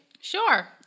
Sure